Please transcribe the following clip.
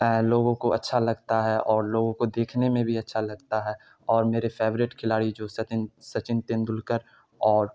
لوگوں کو اچھا لگتا ہے اور لوگوں کو دیکھنے میں بھی اچھا لگتا ہے اور میرے فیوریٹ کھلاڑی جو سچن تیندولکر اور